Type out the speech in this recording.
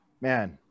man